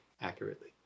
accurately